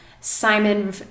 simon